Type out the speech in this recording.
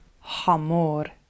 hamor